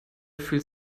fühlt